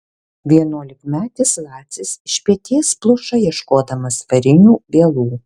vienuolikmetis lacis iš peties pluša ieškodamas varinių vielų